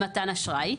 למתן אשראי,